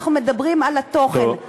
אנחנו מדברים על התוכן.